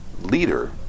leader